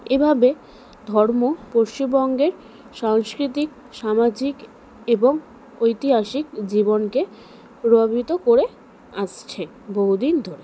এভাবে ধর্ম পশ্চিমবঙ্গের সাংস্কৃতিক সামাজিক এবং ঐতিহাসিক জীবনকে প্রভাবিত করে আসছে বহু দিন ধরে